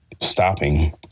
stopping